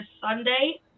Sunday